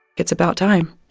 it's about time.